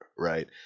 Right